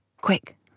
Quick